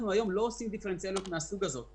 אנחנו היום לא עושים דיפרנציאליות מהסוג הזה,